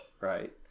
Right